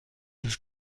des